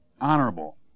honorable